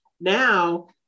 now